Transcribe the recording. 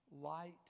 light